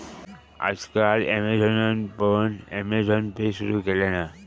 आज काल ॲमेझॉनान पण अँमेझॉन पे सुरु केल्यान हा